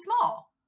small